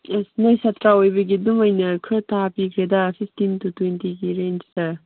ꯑꯁ ꯅꯣꯏ ꯁꯥꯇ꯭ꯔ ꯑꯣꯏꯕꯒꯤ ꯑꯗꯨꯝ ꯑꯩꯅ ꯈꯔ ꯇꯥꯕꯤꯒꯦꯗ ꯐꯤꯐꯇꯤꯟ ꯇꯨ ꯇ꯭ꯋꯦꯟꯇꯤꯒꯤ ꯔꯦꯟꯖꯇ